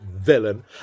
villain